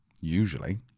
Usually